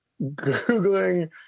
Googling